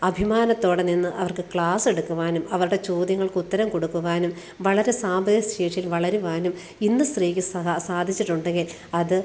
അഭിമാനത്തോടെ നിന്ന് അവർക്ക് ക്ലാസ്സെടുക്കുവാനും അവരുടെ ചോദ്യങ്ങൾക്കുത്തരം കൊടുക്കുവാനും വളരെ സാമ്പത്തിക ശേഷിയിൽ വളരുവാനും ഇന്ന് സ്ത്രീയ്ക്ക് സാധിച്ചിട്ടുണ്ടെങ്കിൽ അത്